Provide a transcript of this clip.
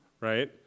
right